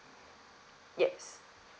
yes